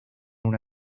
una